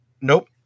Nope